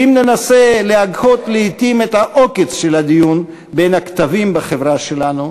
שאם ננסה להקהות לעתים את העוקץ של הדיון בין הקטבים בחברה שלנו,